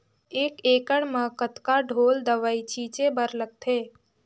एक एकड़ म कतका ढोल दवई छीचे बर लगथे?